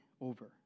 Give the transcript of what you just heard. over